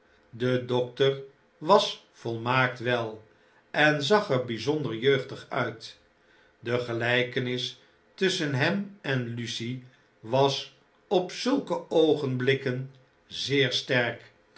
de dokter was volmaakt wel en zag er bjjzonder jeugdig uit de gelijkenis tusschen hem en lucie was op zulke oogenblikken zeer sterk